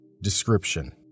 Description